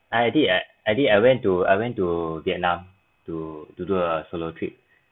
I did I I did I went to I went to vietnam to to do a solo trip